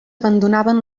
abandonaven